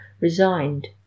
resigned